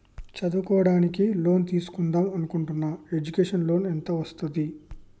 చదువుకోవడానికి లోన్ తీస్కుందాం అనుకుంటున్నా ఎడ్యుకేషన్ లోన్ ఎంత వస్తది?